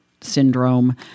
syndrome